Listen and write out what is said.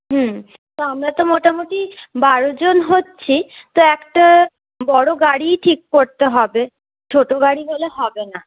হুম তো আমরা তো মোটামুটি বারোজন হচ্ছি তো একটা বড়ো গাড়িই ঠিক করতে হবে ছোটো গাড়ি হলে হবে না